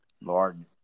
Lord